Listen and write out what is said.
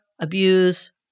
abuse